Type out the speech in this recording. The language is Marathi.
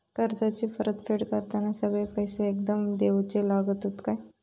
कर्जाची परत फेड करताना सगळे पैसे एकदम देवचे लागतत काय?